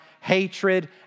hatred